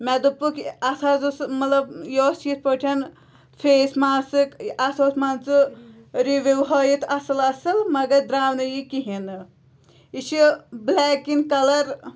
مےٚ دوٚپُکھ اَتھ حظ اوس مطلب یہِ اوس یِتھ پٲٹھۍ فیس ماسٕک اَتھ اوس مان ژٕ رِوِو ہٲیِتھ اَصٕل اَصٕل مگر درٛاو نہٕ یہِ کِہیٖنۍ نہٕ یہِ چھِ بٕلیک اِن کَلَر